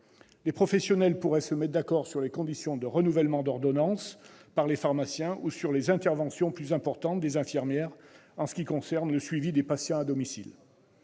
Les professionnels pourraient se mettre d'accord sur les conditions de renouvellement d'ordonnances par les pharmaciens ou sur les interventions plus importantes des infirmières en ce qui concerne le suivi des patients à domicile.